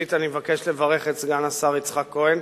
ראשית אני מבקש לברך את סגן השר יצחק כהן,